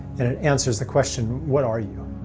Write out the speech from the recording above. and and answers the question what are you?